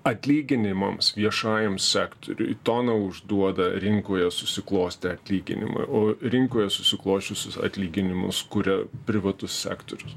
atlyginimams viešajam sektoriui toną užduoda rinkoje susiklostę atlyginimai o rinkoje susiklosčiusius atlyginimus kuria privatus sektorius